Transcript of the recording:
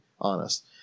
honest